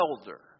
Elder